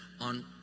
on